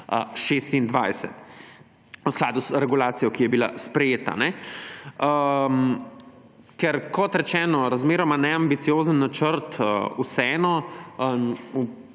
2026 v skladu z regulacijo, ki je bila sprejeta. Ker kot rečeno, razmeroma neambiciozen načrt vseeno